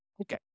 Okay